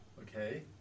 Okay